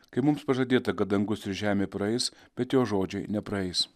kai mums pažadėta kad dangus ir žemė praeis bet jo žodžiai nepraeis